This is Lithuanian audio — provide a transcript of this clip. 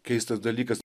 keistas dalykas